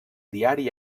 diari